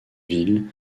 ville